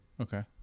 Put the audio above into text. Okay